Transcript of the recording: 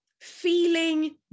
feeling